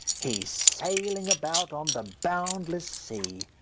he's sailing about on the boundless sea.